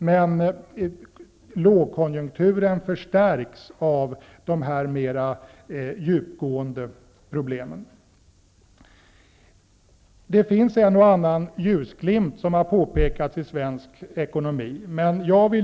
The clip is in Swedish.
Men lågkonjunkturen förstärks av de mera djupgående problemen. Det finns en och annan ljusglimt i svensk ekonomi som har påpekats här.